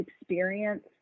experience